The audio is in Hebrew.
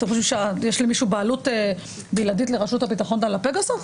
אתם חושבים שיש למישהו בעלות בלעדית לרשויות הביטחון ועל הפגסוס?